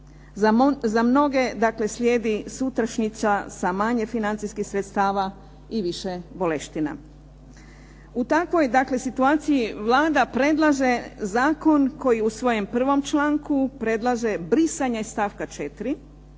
Za mnoge dakle slijedi sutrašnjica sa manje financijskih sredstava i više boleština. U takvoj dakle situaciji Vlada predlaže zakon koji u svojem 1. članku predlaže brisanje stavka 4.